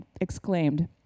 exclaimed